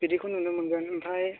बिदिखौ नुनो मोनगोन ओमफ्राय